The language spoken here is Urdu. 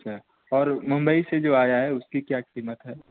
اچھا اور ممبئی سے جو آیا ہے اس کی کیا قیمت ہے